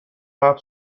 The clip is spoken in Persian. حبس